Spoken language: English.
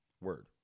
word